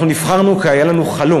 אנחנו נבחרנו כי היה לנו חלום.